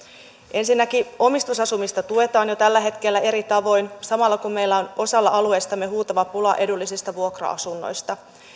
ensinnäkin omistusasumista tuetaan jo tällä hetkellä eri tavoin samalla kun meillä on osalla alueistamme huutava pula edullisista vuokra asunnoista